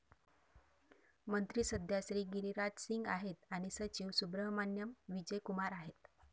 मंत्री सध्या श्री गिरिराज सिंग आहेत आणि सचिव सुब्रहमान्याम विजय कुमार आहेत